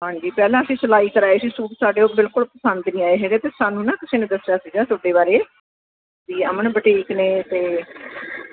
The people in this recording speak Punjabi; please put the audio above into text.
ਹਾਂਜੀ ਪਹਿਲਾਂ ਅਸੀਂ ਸਿਲਾਈ ਕਰਾਏ ਸੀ ਸੂਟ ਸਾਡੇ ਉਹ ਬਿਲਕੁਲ ਪਸੰਦ ਨਹੀਂ ਆਏ ਇਹਦੇ ਅਤੇ ਸਾਨੂੰ ਨਾ ਕਿਸੇ ਨੇ ਦੱਸਿਆ ਸੀਗਾ ਤੁਹਾਡੇ ਬਾਰੇ ਵੀ ਅਮਨ ਬਟੀਕ ਨੇ ਅਤੇ